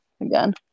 again